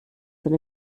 eine